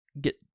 get